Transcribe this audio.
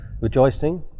rejoicing